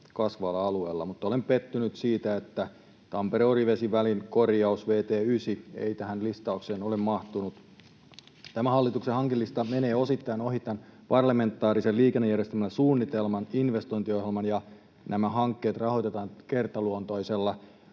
kasvavalla alueella. Mutta olen pettynyt siitä, että Tampere—Orivesi-välin korjaus, vt 9, ei tähän listaukseen ole mahtunut. Tämä hallituksen hankelista menee osittain ohi parlamentaarisen liikennejärjestelmäsuunnitelman investointiohjelman, ja nämä hankkeet rahoitetaan kertaluontoisella